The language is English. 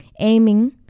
aiming